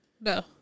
no